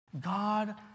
God